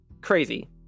crazy